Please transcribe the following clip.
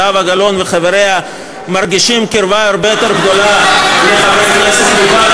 זהבה גלאון וחבריה מרגישים קרבה הרבה יותר גדולה לחברי כנסת מבל"ד,